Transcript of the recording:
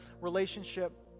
relationship